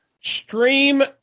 Stream